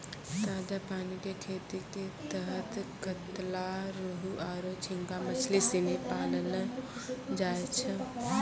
ताजा पानी कॅ खेती के तहत कतला, रोहूआरो झींगा मछली सिनी पाललौ जाय छै